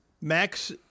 Max